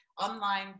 online